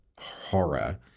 horror